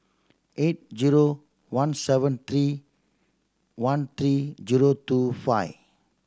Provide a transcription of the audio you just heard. eight zero one seven three one three zero two five